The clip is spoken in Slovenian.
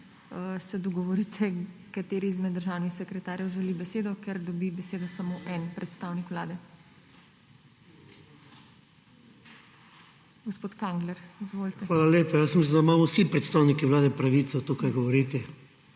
se dogovorite, kateri izmed državnih sekretarjev želi besedo, ker dobi besedo samo en predstavnik Vlade. Gospod Kangler, izvolite. **FRANC KANGLER:** Hvala lepa. Mislil sem, da imamo vsi predstavniki vlade pravico tukaj govoriti